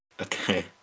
Okay